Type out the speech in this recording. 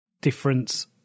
difference